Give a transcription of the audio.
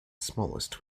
smallest